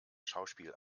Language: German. schauspiel